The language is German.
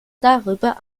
darüber